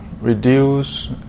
reduce